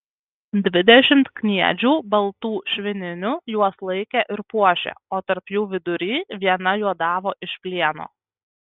dvidešimt kniedžių baltų švininių juos laikė ir puošė o tarp jų vidury viena juodavo iš plieno